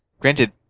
Granted